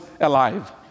alive